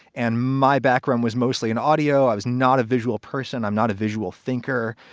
and my background was mostly an audio. i was not a visual person. i'm not a visual thinker.